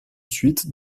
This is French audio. suite